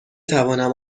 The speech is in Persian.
توانم